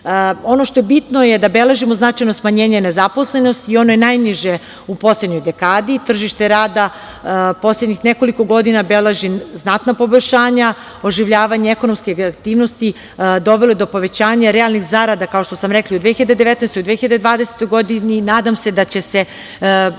EU.Ono što je bitno je da beležimo značajno smanjenje nezaposlenosti i one najniže u poslednjoj dekadi. Tržište rada, poslednjih nekoliko godina, beleži znatno poboljšanje. Oživljavanje ekonomske aktivnosti dovelo je do povećanje realnih zarada, kao što sam rekla i u 2019. i u 2020. godini, i nadam se da će se ta